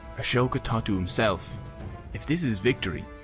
ashoka thought to himself if this is victory,